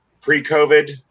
pre-COVID